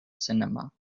cinema